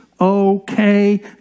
Okay